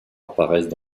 apparaissent